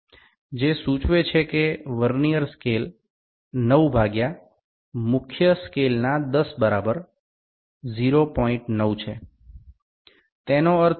যার অর্থ vernier scale সমান মূল স্কেলের ৯ ভাগ ১০ যার সমান ০৯